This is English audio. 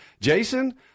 Jason